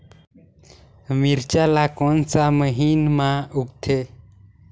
मिरचा ला कोन सा महीन मां उगथे?